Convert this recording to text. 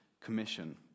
commission